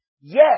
Yes